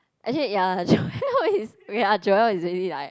actually ya lah Joel is okay lah Joel easily like